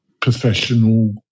professional